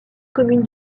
commune